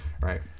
right